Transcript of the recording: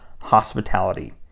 hospitality